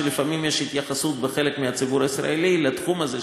שלפעמים יש התייחסות בחלק מהציבור הישראלי לתחום הזה,